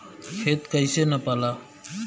खेत कैसे नपाला?